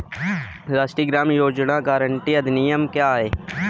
राष्ट्रीय ग्रामीण रोज़गार गारंटी अधिनियम क्या है?